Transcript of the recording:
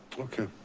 okay.